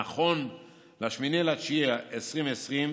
נכון ל-8 באוגוסט 2020,